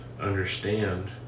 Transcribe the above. understand